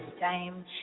time